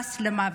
נדרס למוות.